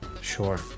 Sure